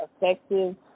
effective